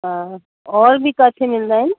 हा और बि काथे मिलंदा आहिनि